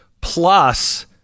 plus